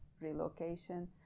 relocation